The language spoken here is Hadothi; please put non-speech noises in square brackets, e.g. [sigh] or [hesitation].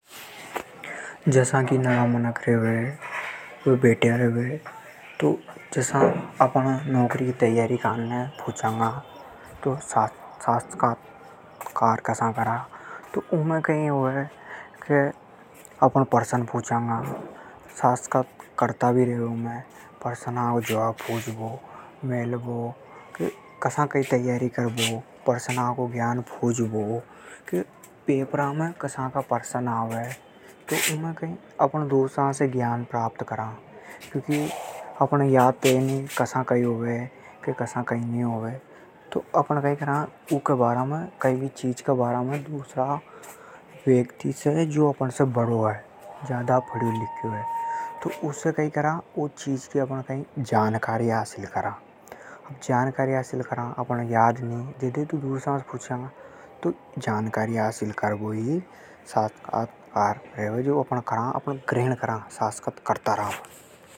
साक्षात्कार। जसा की नरा मनक बेठ्या। अपन उन से कई पूछर्या। जानकारी लैर्या। उसे साक्षात्कार केवे। [hesitation] अपण कई भी परीक्षा की तैयारी कर्या। ऊके बारा में जानकारी लेबो। ऊके बारा में पूछबो कसा सवाल आवे। कसा तैयारी करे। पेपर में कसा सवाल आवे। तो अपण दूसरा से ज्ञान प्राप्त करा। जानकारी लेबो ही साक्षात्कार है।